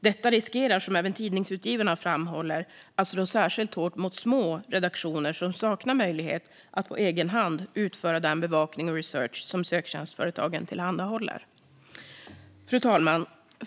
Detta riskerar, som även Tidningsutgivarna framhåller, att slå särskilt hårt mot små redaktioner som saknar möjlighet att på egen hand utföra den bevakning och research som söktjänstföretagen tillhandahåller. Fru talman!